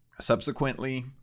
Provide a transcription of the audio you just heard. Subsequently